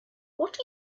what